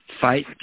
fight